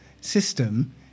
system